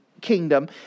kingdom